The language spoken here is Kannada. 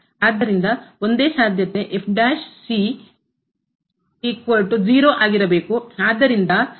ಆದ್ದರಿಂದ ಒಂದೇ ಸಾಧ್ಯತೆ ಆಗಿರಬೇಕು